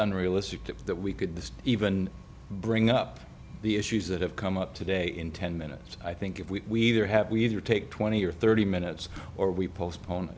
unrealistic to that we could this even bring up the issues that have come up today in ten minutes i think if we have we either take twenty or thirty minutes or we postpone